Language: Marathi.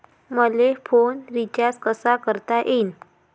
मले फोन रिचार्ज कसा करता येईन?